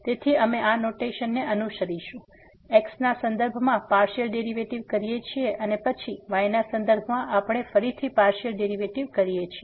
તેથી અમે આ નોટેશનને અનુસરીશું x ના સંદર્ભમાં પાર્સીઅલ ડેરીવેટીવ કરીએ છીએ અને પછી y ના સંદર્ભમાં આપણે ફરીથી પાર્સીઅલ ડેરીવેટીવ કરીએ છીએ